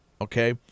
Okay